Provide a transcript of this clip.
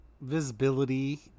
visibility